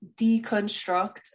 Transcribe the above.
deconstruct